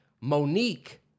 Monique